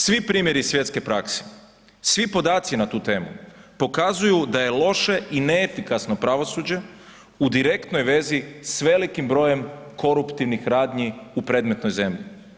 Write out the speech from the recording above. Svi primjeri svjetske prakse, svi podaci na tu temu pokazuju da je loše i neefikasno pravosuđe u direktnoj vezi s velikim brojem koruptivnih radnji u predmetnoj zemlji.